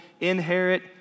inherit